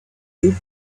you